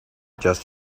just